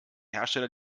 hersteller